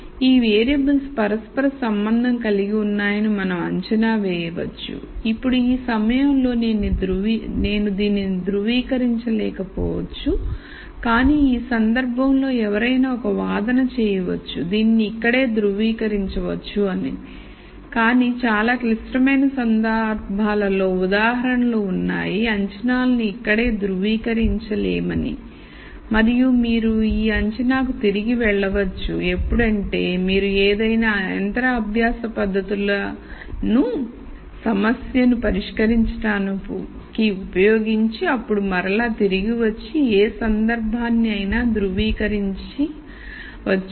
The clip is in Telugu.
ఈ వేరియబుల్స్ పరస్పర సంబంధం కలిగి ఉన్నాయని మనం అంచనా వేయవచ్చు ఇప్పుడు ఈ సమయంలో నేను దీనిని ధ్రువీకరించలేకపోవచ్చు కానీ ఈ సందర్భంలో ఎవరైనా ఒక వాదన చేయవచ్చు దీనిని ఇక్కడే ధ్రువీకరించి వచ్చు అని కానీ చాలా క్లిష్టమైన సందర్భాలలో ఉదాహరణలు ఉన్నాయి అంచనాలను ఇక్కడే ధ్రువీకరించి లేమని మరియు మీరు ఈ అంచనాకి తిరిగి వెళ్ళవచ్చు ఎప్పుడంటే మీరు ఏవైనా యంత్ర అభ్యాస పద్ధతులను సమస్యను పరిష్కరించడానికి ఉపయోగించి అప్పుడు మరల తిరిగి వచ్చి ఏ సందర్భాన్ని అయినా ధ్రువీకరించి చవచ్చు